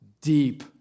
Deep